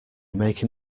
making